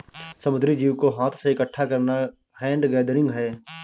समुद्री जीव को हाथ से इकठ्ठा करना हैंड गैदरिंग है